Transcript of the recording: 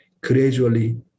gradually